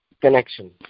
connection